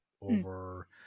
over